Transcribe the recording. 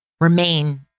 remain